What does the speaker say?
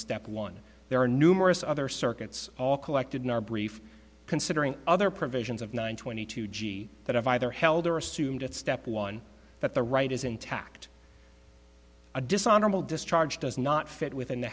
step one there are numerous other circuits all collected in our brief considering other provisions of nine twenty two g that if either held or assumed at step one that the right is intact a dishonorable discharge does not fit with